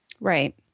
Right